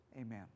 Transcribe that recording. amen